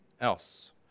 else